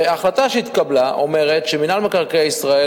וההחלטה שהתקבלה אומרת שמינהל מקרקעי ישראל,